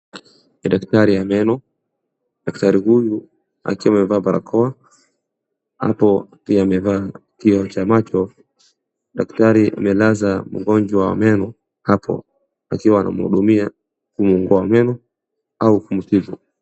Ni daktari ya meno. Daktari huyu akiwa amevaa barakoa. Hapo pia amevaa pia cha macho. Daktari amelaza mgonjwa wa meno hapo akiwa anamhudumia kumng'oa meno au kumtibu.